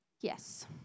Yes